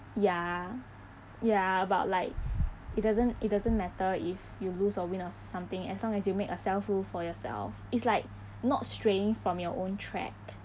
ya ya about like it doesn't it doesn't matter if you lose or win or something as long you make a self rule for yourself it's like not straying from your own track